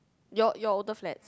your your older flats